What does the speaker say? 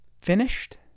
finished